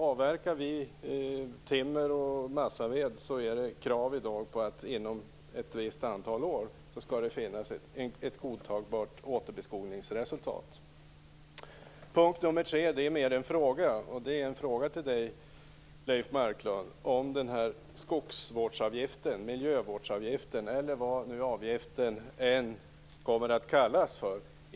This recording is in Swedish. Avverkar vi timmer och massaved är det krav i dag på att inom ett visst antal år skall det finnas ett godtagbart återbeskogningsresultat. Nästa punkt är mer en fråga till Leif Marklund. Det gäller skogsvårdsavgiften, miljövårdsavgiften eller vad avgiften än kommer att kallas.